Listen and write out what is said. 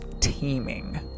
teeming